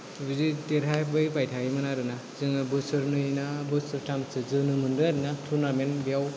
बिदि देरहाबोबाय थायोमोन आरोना जोङो बोसोरनै ना बोसोरथामसो जोनो मोनदों आरोना टुर्नामेन्त बेयाव